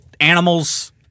animals –